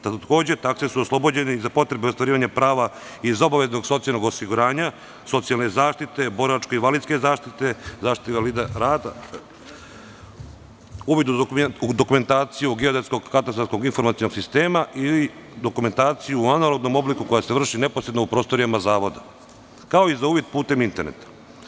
Takođe, takse su oslobođene za potrebe ostvarivanja prava iz obaveznog socijalnog osiguranja, socijalne zaštite, boračke i invalidske zaštite, zaštite invalida rada, uvid u dokumentaciju geodetskog katastarskog informacionog sistema ili dokumentaciju u analognom obliku koja se vrši neposredno u prostorijama zavoda, kao i za uvid putem interneta.